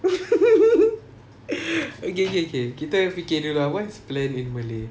okay K K K kita fikir dulu ah what's plan in malay